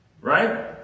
Right